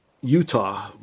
Utah